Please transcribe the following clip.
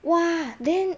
!wah! then